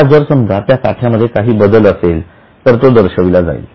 आता जर समजा त्या साठ्यामध्ये काही बदल असेल तर तो दर्शविला जाईल